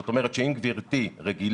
זאת אומרת שאם גברתי רגילה